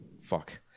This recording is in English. Fuck